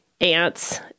ants